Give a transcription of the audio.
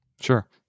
Sure